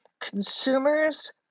consumers